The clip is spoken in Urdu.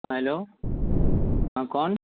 ہیلو ہاں کون